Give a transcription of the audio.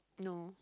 no